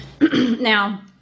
Now